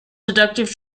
deductive